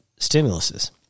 stimuluses